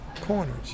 corners